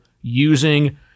using